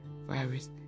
virus